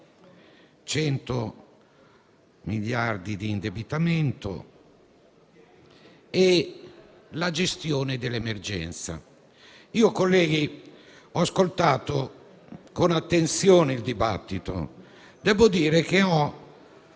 100 miliardi di euro di indebitamento e la gestione dell'emergenza. Colleghi, ho ascoltato con attenzione il dibattito e devo dire che,